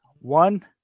One